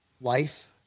life